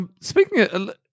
Speaking